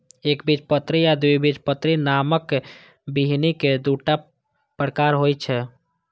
एकबीजपत्री आ द्विबीजपत्री नामक बीहनि के दूटा प्रकार होइ छै